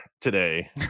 today